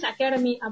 Academy